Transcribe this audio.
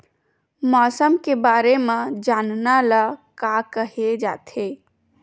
मौसम के बारे म जानना ल का कहे जाथे?